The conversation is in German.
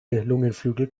lungenflügel